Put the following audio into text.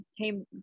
came